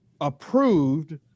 approved